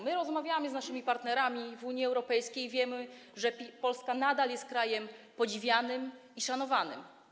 My rozmawiamy z naszymi partnerami w Unii Europejskiej, wiemy, że Polska nadal jest krajem podziwianym i szanowanym.